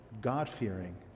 God-fearing